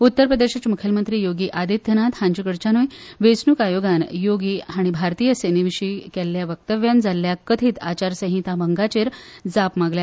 उत्तर प्रदेशाचे मुखेलमंत्री योगी आदित्यनाथ हांचेकडच्यानुय वेचणुक आयोगान योगी हाणी भारतीय सेनेवीशी केल्ल्या वक्तव्यान जाल्ल्या कथीत आचारसंहिता भंगाचेर जाप मागल्या